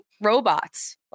robots